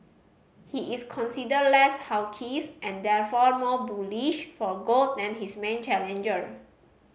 he is considered less hawks and therefore more bullish for gold than his main challenger